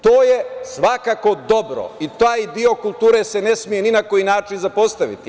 To je svakako dobro i taj deo kulture ne sme ni na koji način zapostaviti.